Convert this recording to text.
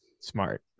Smart